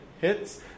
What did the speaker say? hits